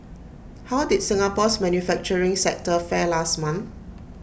how did Singapore's manufacturing sector fare last month